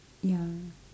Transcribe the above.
ya